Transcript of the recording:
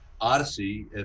Odyssey